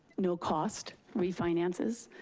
no cost refinances.